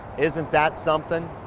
isn't that something?